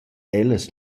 ellas